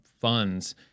funds